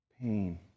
Pain